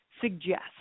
suggest